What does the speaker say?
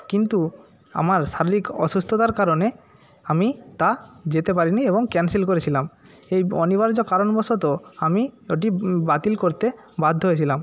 কিন্তু আমার শারীরিক অসুস্থতার কারণে আমি তা যেতে পারিনি এবং ক্যানসেল করেছিলাম এই অনিবার্য কারণবশত আমি ওটি বাতিল করতে বাধ্য হয়েছিলাম